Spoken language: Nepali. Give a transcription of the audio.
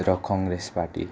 र कङ्ग्रेस पार्टी